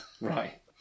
Right